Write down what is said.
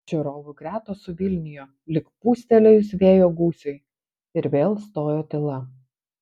žiūrovų gretos suvilnijo lyg pūstelėjus vėjo gūsiui ir vėl stojo tyla